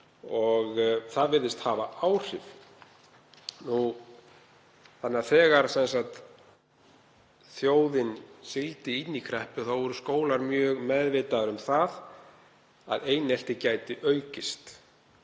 og það virðist hafa áhrif. Þegar þjóðin sigldi inn í kreppu voru skólar mjög meðvitaðir um það að einelti gæti aukist